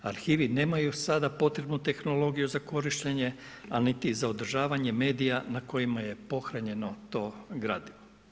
Arhivi nemaju sada potrebnu tehnologiju za korištenje, a niti za održavanje medija na kojima je pohranjeno to gradivo.